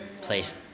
place